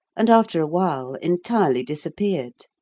and after a while entirely disappeared.